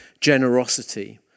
generosity